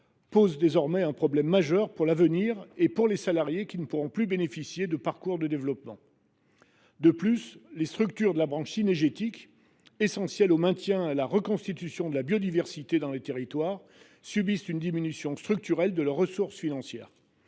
posent un problème majeur pour l’avenir et pour les salariés, qui ne pourront plus bénéficier d’un parcours de développement de compétences. De plus, les structures de la branche cynégétique, essentielles au maintien et à la reconstitution de la biodiversité dans les territoires, subissent une diminution structurelle de leurs ressources financières.